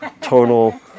tonal